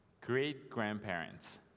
Great-grandparents